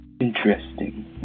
Interesting